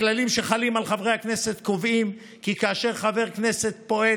הכללים שחלים על חברי הכנסת קובעים כי כאשר חבר כנסת פועל